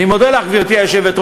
אני מודה לך, גברתי היושבת-ראש.